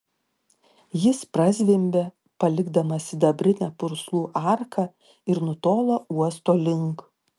jis prazvimbė palikdamas sidabrinę purslų arką ir nutolo uosto link